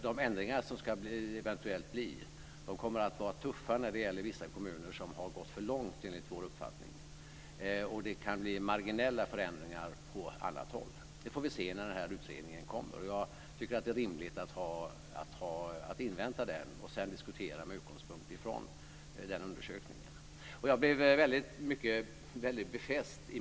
De ändringar som eventuellt ska ske kommer att vara tuffa när det gäller kommuner som enligt vår uppfattning har gått för långt. Det kan bli marginella förändringar på annat håll. Det får vi se när utredningen kommer. Jag tycker att det är rimligt att invänta den och sedan diskutera med utgångspunkt från den.